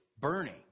burning